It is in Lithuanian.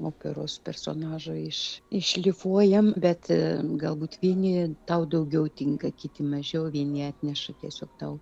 operos personažą iš iššlifuojam bet galbūt vieni tau daugiau tinka kiti mažiau vieni atneša tiesiog tau